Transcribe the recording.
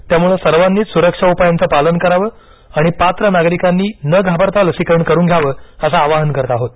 त्यामुळे सर्वांनीच सुरक्षा उपायांच पालन करावं आणि पात्र नागरिकांनी न घाबरता लसीकरण करून घ्यावं असं आवाहन करत आहोत